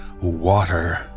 water